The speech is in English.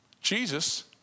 Jesus